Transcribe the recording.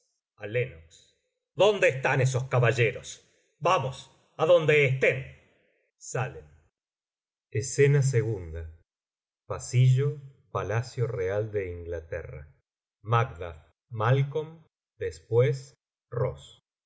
apariciones a lennox dónde están esos caballeros vamos á donde estén salen escena ii pasillo palacio real de inglaterra macduff malcolm